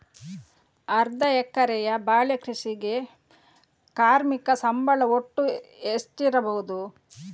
ಅರ್ಧ ಎಕರೆಯ ಬಾಳೆ ಕೃಷಿಗೆ ಕಾರ್ಮಿಕ ಸಂಬಳ ಒಟ್ಟು ಎಷ್ಟಿರಬಹುದು?